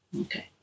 Okay